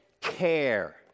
care